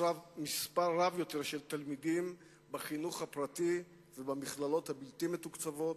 מספר רב יותר של תלמידים בחינוך הפרטי ובמכללות הבלתי-מתוקצבות,